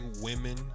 women